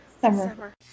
Summer